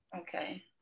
okay